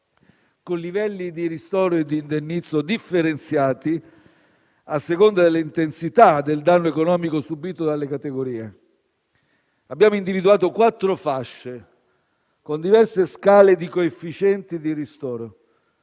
con livelli di ristoro e di indennizzo differenziati a seconda dell'intensità del danno economico subito dalle categorie. Abbiamo individuato quattro fasce, con diverse scale di coefficienti di ristoro